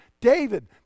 David